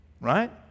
Right